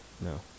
no